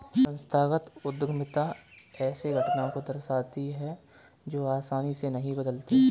संस्थागत उद्यमिता ऐसे घटना को दर्शाती है जो आसानी से नहीं बदलते